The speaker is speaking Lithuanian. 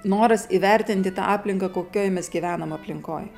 noras įvertinti tą aplinką kokioj mes gyvenam aplinkoj